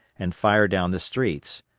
and fire down the streets.